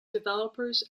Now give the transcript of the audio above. developers